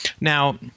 Now